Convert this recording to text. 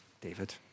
David